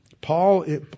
Paul